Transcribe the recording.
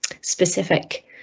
specific